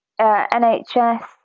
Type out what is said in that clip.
NHS